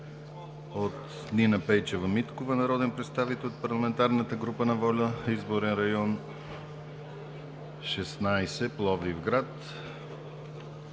от Нина Пейчева Миткова – народен представител от парламентарната група на „Воля“, Изборен район 16, Пловдив град: